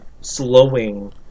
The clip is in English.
slowing